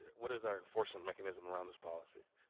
what is our enforcement mechanism around this policy?